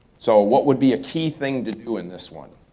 so what would be a key thing to do in this one?